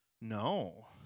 No